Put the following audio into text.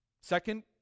Second